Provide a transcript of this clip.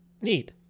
Neat